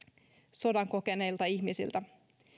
sodan kokeneilta ihmisiltä